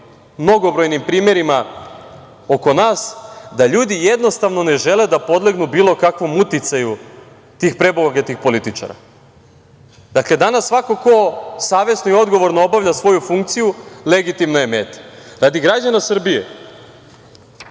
mnogobrojnim primerima oko nas, da ljudi, jednostavno, ne žele da podlegnu bilo kakvom uticaju tih prebogatih političara. Dakle, danas svako ko savesno i odgovorno obavlja svoju funkciju, legitimna je meta. Radi građana Srbije